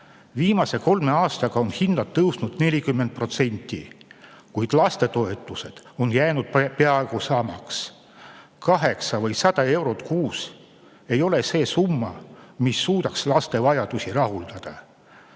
Viimase kolme aastaga on hinnad tõusnud 40%, kuid lastetoetused on jäänud peaaegu samaks. 80 või 100 eurot kuus ei ole see summa, mis suudaks laste vajadusi rahuldada.